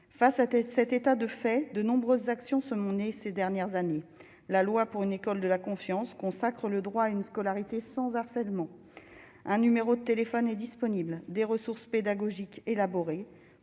face cet état de fait, de nombreuses actions sont nés ces dernières années, la loi pour une école de la confiance consacrent le droit à une scolarité sans harcèlement un numéro de téléphone est disponible des ressources pédagogiques élaborés